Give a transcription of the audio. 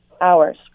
hours